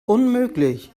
unmöglich